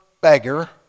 beggar